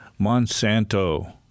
Monsanto-